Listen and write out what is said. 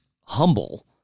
humble